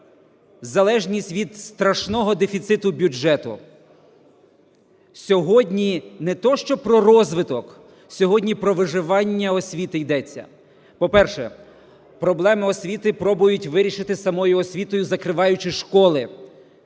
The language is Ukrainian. залежність від страшного дефіциту бюджету. Сьогодні не те що про розвиток, сьогодні про виживання освіти йдеться. По-перше, проблеми освіти пробують вирішити самою освітою, закриваючи школи.